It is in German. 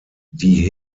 die